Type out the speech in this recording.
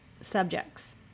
subjects